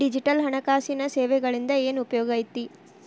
digital ಹಣಕಾಸಿನ ಸೇವೆಗಳಿಂದ ಏನ್ ಉಪಯೋಗೈತಿ